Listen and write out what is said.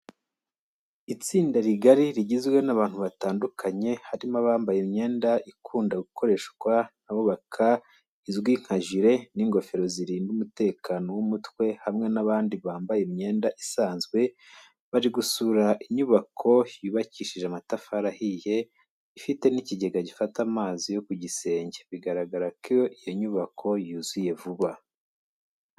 Itsinda rigari rigizwe n'abantu batandukanye harimo abambaye imyenda ikunda gukoreshwa n'abubaka izwi nka jire n'ingofero zirinda umutekano w'umutwe hamwe n'abandi bambaye imyenda isanzwe, bari gusura inyubako yubakishije amatafari ahiye, ifite n'ikigega gifata amazi yo ku gisenge bigaragara ko iyo nyubako yuzuye vuba.